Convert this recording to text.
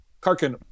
Karkin